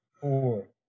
Four